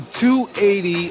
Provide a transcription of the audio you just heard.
280